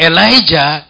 Elijah